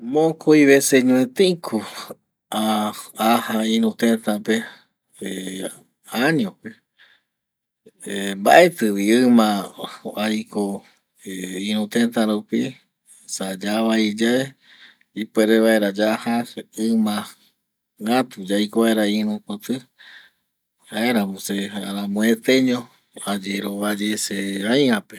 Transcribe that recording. Mokoi vece ño etei ko aja iru tëtape ˂hesitation˃ año pe ˂hesitation˃ mbaeti vi ima aiko ˂hesitation˃ iru tëta rupi esa yavai yae ipuere vaera yaja ima gätu yaiko vaera iru jaeramo se aramueteño ayerovaye se aï ape.